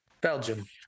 belgium